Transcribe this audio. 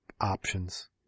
options